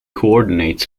coordinates